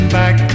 back